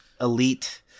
elite